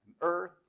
earth